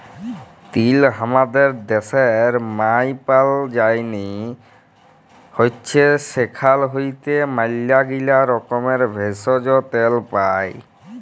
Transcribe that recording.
তিল হামাদের ড্যাশের মায়পাল যায়নি হৈচ্যে সেখাল হইতে ম্যালাগীলা রকমের ভেষজ, তেল পাই